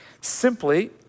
simply